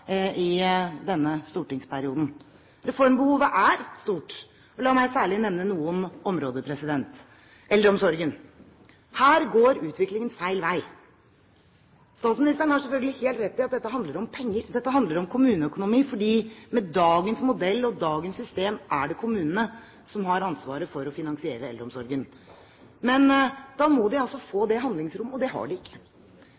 i denne stortingsperioden. Reformbehovet er stort, og la meg særlig nevne noen områder. Eldreomsorgen: Her går utviklingen feil vei. Statsministeren har selvfølgelig helt rett i at dette handler om penger, dette handler om kommuneøkonomi, for med dagens modell og dagens system er det kommunene som har ansvaret for å finansiere eldreomsorgen. Men da må de altså få